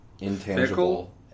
intangible